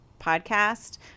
Podcast